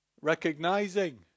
Recognizing